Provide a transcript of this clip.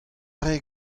rae